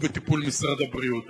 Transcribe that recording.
הוא בטיפול משרד הבריאות.